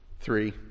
Three